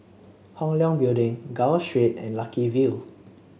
Hong Leong Building Gul Street and Lucky View